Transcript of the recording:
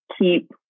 keep